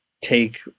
take